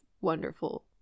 wonderful